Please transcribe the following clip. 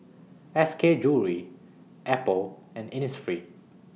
S K Jewellery Apple and Innisfree